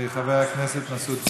אז חבר הכנסת מסעוד גנאים.